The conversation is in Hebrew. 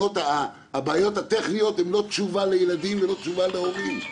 הבעיות הטכניות הן לא תשובה לילדים ולא תשובה להורים,